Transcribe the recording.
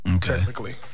Technically